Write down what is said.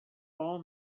all